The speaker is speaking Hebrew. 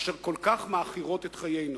אשר כל כך מעכירות את חיינו.